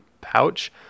pouch